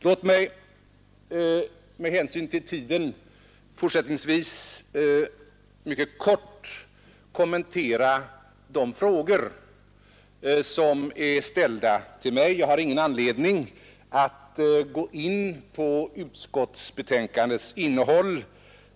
Låt mig fortsättningsvis med hänsyn till den knappa tiden mycket kort kommentera de frågor som har ställts till mig. Jag har ingen anledning att här gå in på utskottsbetänkandets innehåll.